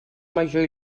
major